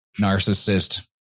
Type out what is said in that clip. narcissist